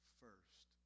first